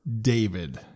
David